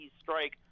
strike